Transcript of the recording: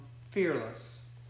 fearless